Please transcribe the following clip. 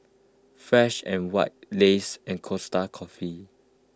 Fresh and White Lays and Costa Coffee